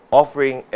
offering